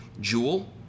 Jewel